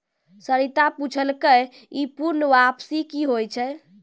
सरिता पुछलकै ई पूर्ण वापसी कि होय छै?